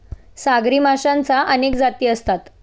सागरी माशांच्या अनेक जाती आहेत